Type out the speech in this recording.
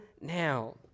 now